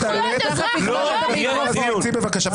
צא, בבקשה.